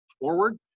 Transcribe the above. forward